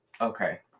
Okay